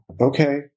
okay